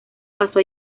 pasó